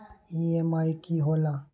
EMI की होला?